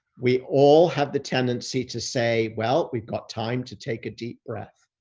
we all have the tendency to say, well, we've got time to take a deep breath.